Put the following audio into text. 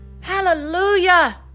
Hallelujah